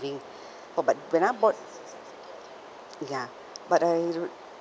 living oh but when I bought ya but I